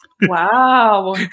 Wow